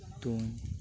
ᱛᱩᱧ